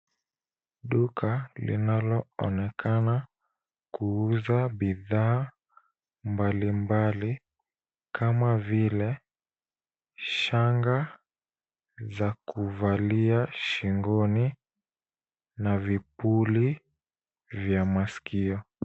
Duka linaloonekana kuuza bidhaa mbalimbali kama vile shanga za kuvalia shingoni na vipuli vya masikio.